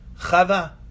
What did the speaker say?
Chava